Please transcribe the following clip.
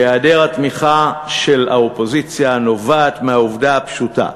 שהיעדר התמיכה של האופוזיציה נובע מהעובדה הפשוטה,